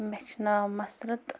مےٚ چھِ ناو مَسرت